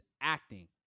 Acting